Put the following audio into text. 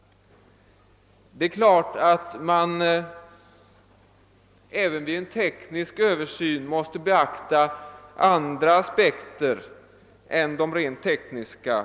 Det är klart att man även vid en teknisk översyn måste beakta andra aspekter än de rent tekniska.